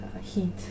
Heat